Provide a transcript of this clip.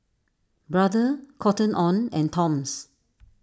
Brother Cotton on and Toms